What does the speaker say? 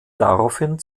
daraufhin